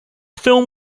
film